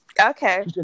Okay